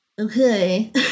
Okay